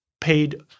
paid